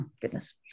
goodness